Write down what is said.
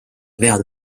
vead